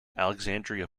alexandria